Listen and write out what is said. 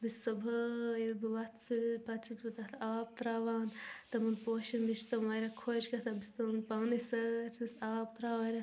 بہٕ چھس صُبحٲے ییٚلہِ بہٕ وۄتھہٕ سُلہِ پتہٕ چھس بہٕ تتھ آب تراوان تِمن پوٗشن مےٚ چھِ تِم واریاہ خۄش گژھان بہٕ چھس تِمن پانے سٲرسٕے آب تراوان واریاہ